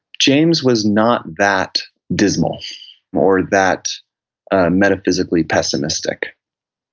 james was not that dismal or that metaphysically pessimistic.